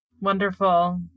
Wonderful